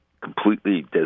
Completely